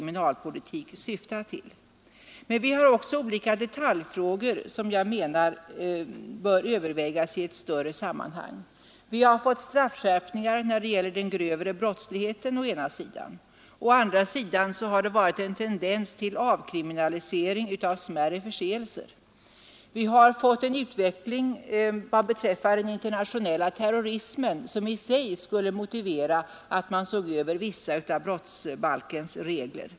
Men vi har också olika detaljfrågor, som jag menar bör övervägas i ett större sammanhang. Å ena sidan har vi fått straffskärpningar när det gäller den grövre brottsligheten, och å andra sidan har det varit en tendens till avkriminalisering av smärre förseelser. När det gäller den internationella terrorismen har vi fått en utveckling som i sig skulle motivera att vi såg över vissa av brottsbalkens regler.